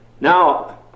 Now